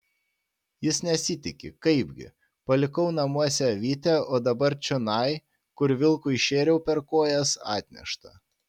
jis nesitiki kaipgi palikau namuose avytę o dabar čionai kur vilkui šėriau per kojas atnešta